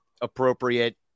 appropriate